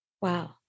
Wow